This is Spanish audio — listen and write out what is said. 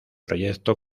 proyecto